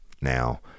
Now